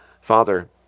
Father